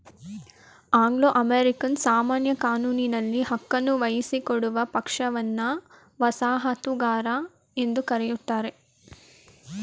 Anglo American ಸಾಮಾನ್ಯ ಕಾನೂನಿನಲ್ಲಿ ಹಕ್ಕನ್ನು ವಹಿಸಿಕೊಡುವ ಪಕ್ಷವನ್ನ ವಸಾಹತುಗಾರ ಎಂದು ಕರೆಯುತ್ತಾರೆ